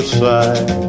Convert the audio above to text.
side